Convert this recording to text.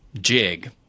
jig